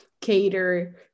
cater